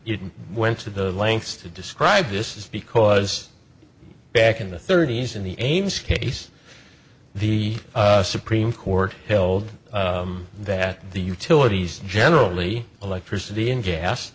you went to the lengths to describe this is because back in the thirty's in the ames case the supreme court held that the utilities generally electricity and gas